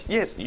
Yes